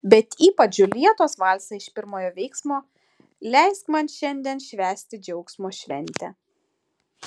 bet ypač džiuljetos valsą iš pirmojo veiksmo leisk man šiandien švęsti džiaugsmo šventę